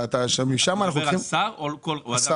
אתה מדבר על שר או כל אדם?